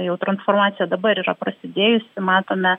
jau transformacija dabar yra prasidėjusi matome